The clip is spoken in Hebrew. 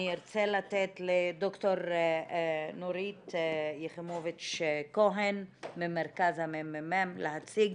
אני ארצה לתת לד"ר נורית יכימוביץ' כהן ממרכז המחקר והמידע להציג